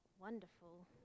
Wonderful